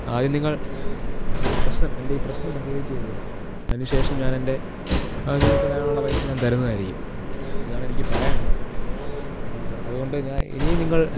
ആദ്യം നിങ്ങള് ഈ പ്രശ്നം എന്റെ ഈ പ്രശ്നം പരിഹരിച്ച് തരിക അതിനുശേഷം ഞാനെന്റെ നിങ്ങള്ക്ക് തരാനുള്ള പൈസ ഞാന് തരുന്നതായിരിക്കും ഇതാണെനിക്ക് പറയാനുള്ളത് അതുകൊണ്ട് ഞാന് ഇനിയും നിങ്ങള്